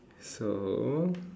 so